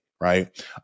right